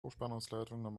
hochspannungsleitungen